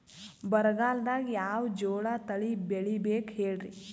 ಬರಗಾಲದಾಗ್ ಯಾವ ಜೋಳ ತಳಿ ಬೆಳಿಬೇಕ ಹೇಳ್ರಿ?